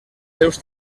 seus